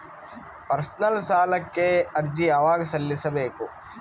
Personal ಸಾಲಕ್ಕೆ ಅರ್ಜಿ ಯವಾಗ ಸಲ್ಲಿಸಬೇಕು?